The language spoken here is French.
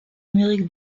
amérique